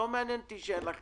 לא מעניין אותה שאין לה גן.